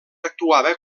actuava